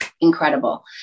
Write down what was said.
incredible